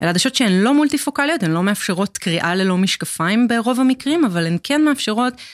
אלא עדשות שהן לא מולטיפוקליות, הן לא מאפשרות קריאה ללא משקפיים ברוב המקרים, אבל הן כן מאפשרות...